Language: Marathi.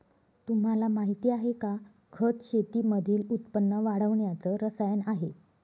तुम्हाला माहिती आहे का? खत शेतीमधील उत्पन्न वाढवण्याच रसायन आहे